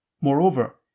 Moreover